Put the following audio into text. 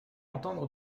entendre